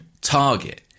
target